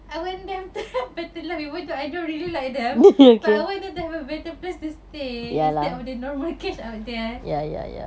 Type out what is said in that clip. I want them to have better life even though I don't really like them but I want them to have a better place to stay and instead of the normal cage out there